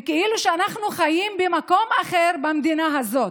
כאילו שאנחנו חיים במקום אחר במדינה הזו.